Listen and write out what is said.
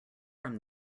from